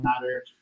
Matter